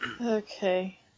Okay